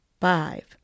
five